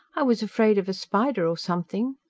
i was afraid of a spider or something.